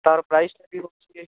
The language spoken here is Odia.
ତା'ର ପ୍ରାଇସ୍ ଏଇଠି ହେଉଛି